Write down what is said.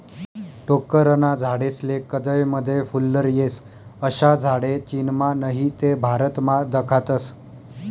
टोक्करना झाडेस्ले कदय मदय फुल्लर येस, अशा झाडे चीनमा नही ते भारतमा दखातस